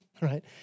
right